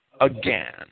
again